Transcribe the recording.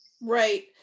Right